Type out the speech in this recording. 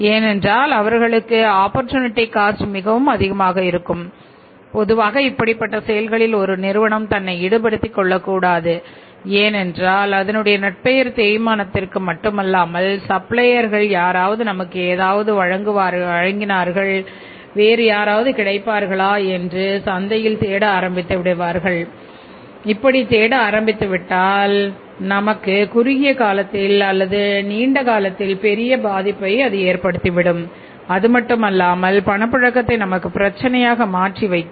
ஏனென்றால் அவர்களுக்கான opportunity cost வேறு யாராவது நமக்கு ஏதுவாக வாங்கினார்கள் கிடைப்பார்களா என்று சந்தையில் தேட ஆரம்பித்துவிடுவார்கள் மீது நமக்கு குறுகிய காலத்தில் அல்லது நீண்டகாலத்தில் பெரிய பாதிப்பை ஏற்படுத்திவிடும் அதுமட்டுமல்லாமல் பணப்புழக்கத்தையும் நமக்கு பிரச்சனையாக மாற்றி வைக்கும்